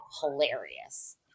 hilarious